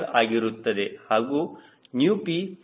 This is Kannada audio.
5 ಆಗಿರುತ್ತದೆ ಹಾಗೂ ηp 4